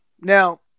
Now